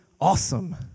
awesome